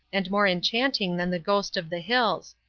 and more enchanting than the ghost of the hills.